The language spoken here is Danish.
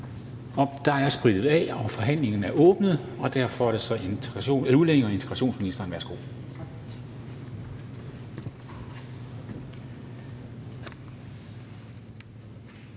Der er sprittet af, og forhandlingen er åbnet. Værsgo til udlændinge- og integrationsministeren. Værsgo.